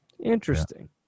Interesting